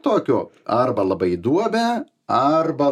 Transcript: tokio arba labai į duobę arba